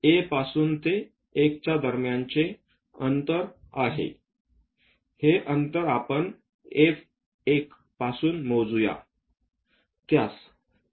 हे A पासून ते 1 च्या दरम्यानचे अंतर आहे हे अंतर आपण F1 पासून मोजुया